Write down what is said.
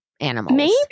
animals